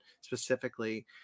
specifically